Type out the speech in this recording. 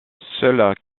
seuls